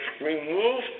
remove